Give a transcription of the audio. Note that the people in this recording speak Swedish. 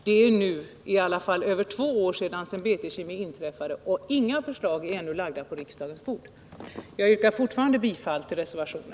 Det är i alla fall över två år sedan BT Kemikatastrofen inträffade, men inga förslag är ännu lagda på riksdagens bord. Jag yrkar fortfarande bifall till reservationen.